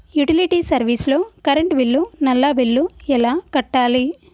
Utility service లో current bill, నల్లా bill ఎలా కట్టాలి?